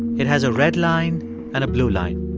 it has a red line and a blue line.